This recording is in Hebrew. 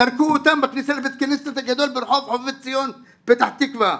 זרקו אותם בכניסה לבית הכנסת הגדול ברחוב חובבי ציון פתח תקווה,